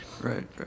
right